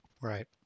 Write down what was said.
right